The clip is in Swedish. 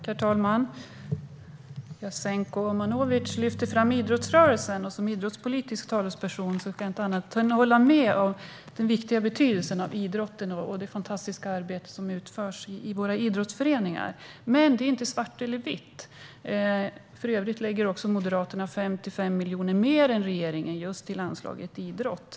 Herr talman! Jasenko Omanovic lyfter fram idrottsrörelsen, och som idrottspolitisk talesperson kan jag inte annat än att hålla med om den viktiga betydelsen av idrotten och det fantastiska arbete som utförs i våra idrottsföreningar. Men det är inte svart eller vitt, och för övrigt lägger Moderaterna 55 miljoner mer än regeringen på just anslaget Idrott.